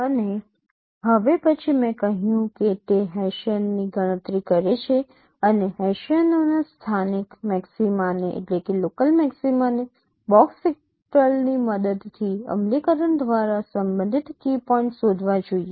અને હવે પછી મેં કહ્યું કે તે હેસિયનની ગણતરી કરે છે અને હેસિયનોના સ્થાનિક મેક્સિમાને બોક્સ ફિલ્ટર્સની મદદથી અમલીકરણ દ્વારા સંબંધિત કી પોઇન્ટ્સ શોધવા જોઈએ